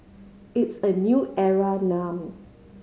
it's a new era now